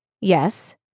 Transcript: Yes